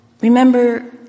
Remember